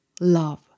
love